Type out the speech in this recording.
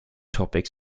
topics